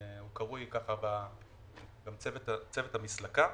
הוא קרוי צוות המסלקה.